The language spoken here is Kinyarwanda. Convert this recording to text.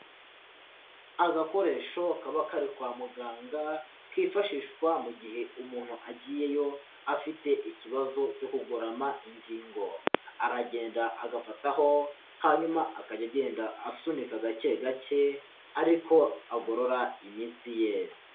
Agakoresho kaba kari kwa muganga kifashishwa mu gihe umuntu agiyeyo afite ikibazo cyo kugorama ingingo, aragenda agafataho hanyuma akajya agenda asunika gake gake ariko agorora imitsi ye.